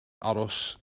aros